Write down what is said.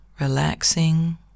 relaxing